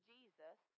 Jesus